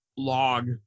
Log